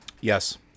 Yes